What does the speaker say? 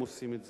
הם עושים את זה.